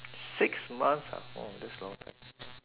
six months ah wow that's a long time